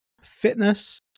fitness